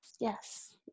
Yes